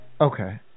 Okay